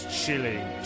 chilling